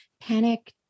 panic